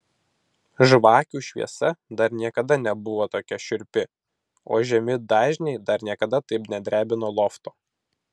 žvakių šviesa dar niekada nebuvo tokia šiurpi o žemi dažniai dar niekada taip nedrebino lofto